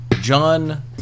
John